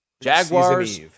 Jaguars